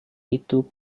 itu